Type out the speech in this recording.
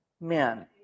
men